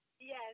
Yes